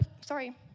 sorry